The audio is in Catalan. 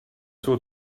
seu